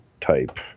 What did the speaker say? type